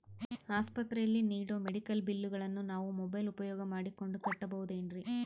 ಆಸ್ಪತ್ರೆಯಲ್ಲಿ ನೇಡೋ ಮೆಡಿಕಲ್ ಬಿಲ್ಲುಗಳನ್ನು ನಾವು ಮೋಬ್ಯೆಲ್ ಉಪಯೋಗ ಮಾಡಿಕೊಂಡು ಕಟ್ಟಬಹುದೇನ್ರಿ?